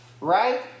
right